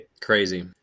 Crazy